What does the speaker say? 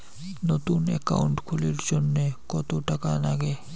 নতুন একাউন্ট খুলির জন্যে কত টাকা নাগে?